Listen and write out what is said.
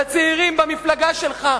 לצעירים במפלגה שלך?